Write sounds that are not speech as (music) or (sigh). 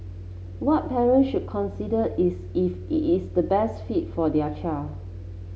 what parent should consider is if (unintelligible) is the best fit for their child